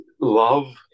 love